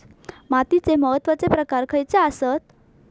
मातीचे महत्वाचे प्रकार खयचे आसत?